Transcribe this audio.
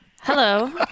Hello